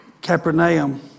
Capernaum